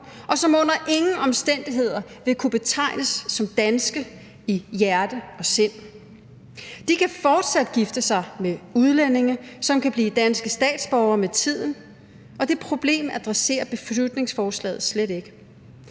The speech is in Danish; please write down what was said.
og som under ingen omstændigheder vil kunne betegnes som danske i hjertet og sind. De kan fortsat gifte sig med udlændinge, som kan blive danske statsborgere med tiden, og det problem adresserer beslutningsforslaget slet ikke.